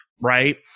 right